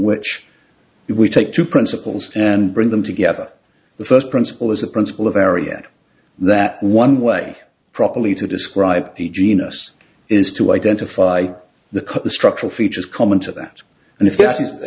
which we take two principles and bring them together the first principle is the principle of area that one way properly to describe the genus is to identify the cut the structural features common to that and if